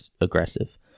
aggressive